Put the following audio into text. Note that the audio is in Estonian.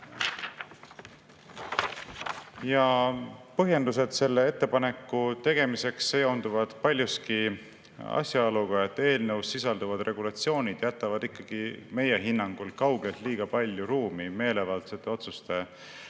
Põhjendused selle ettepaneku tegemiseks seonduvad paljuski asjaoluga, et eelnõus sisalduvad regulatsioonid jätavad ikkagi meie hinnangul kaugelt liiga palju ruumi meelevaldsete otsuste